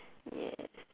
yes